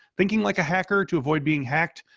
thinking like a hacker to avoid being hacked,